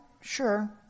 Sure